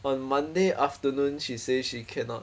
on monday afternoon she say she cannot